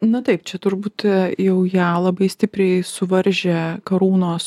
nu taip čia turbūt jau ją labai stipriai suvaržė karūnos